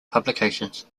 publications